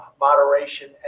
moderation